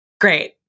Great